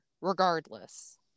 regardless